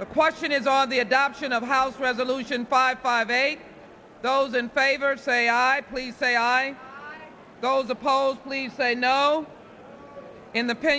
the question is are the adoption of a house resolution five five a those in favor say aye please say i go the polls please say no in the p